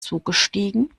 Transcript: zugestiegen